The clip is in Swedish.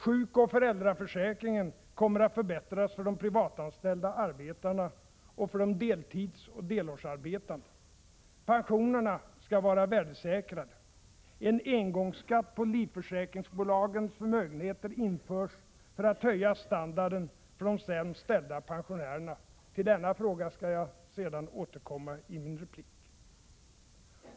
Sjukoch föräldraförsäkringen förbättras för de privatanställda arbetarna och för de deltidsoch delårsarbetande. Pensionerna skall vara värdesäkrade. En engångsskatt på livförsäkringsbolagens förmögenheter införs för att höja standarden för de sämst ställda pensionärerna. Till denna fråga skall jag återkomma i min replik.